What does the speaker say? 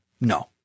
no